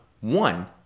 one